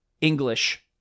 English